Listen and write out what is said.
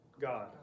God